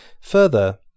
Further